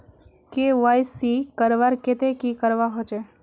KYC करवार केते की करवा होचए?